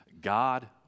God